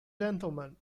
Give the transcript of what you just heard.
gentlemen